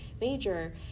major